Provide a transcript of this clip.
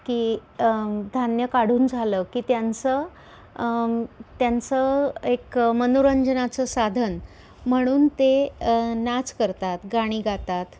की धान्य काढून झालं की त्यांचं त्यांचं एक मनोरंजनाचं साधन म्हणून ते नाच करतात गाणी गातात